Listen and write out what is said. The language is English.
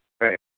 Right